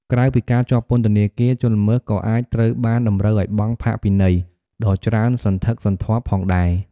ក្រៅពីការជាប់ពន្ធនាគារ ជនល្មើសក៏អាចត្រូវបានតម្រូវឲ្យបង់ ផាកពិន័យ ដ៏ច្រើនសន្ធឹកសន្ធាប់ផងដែរ។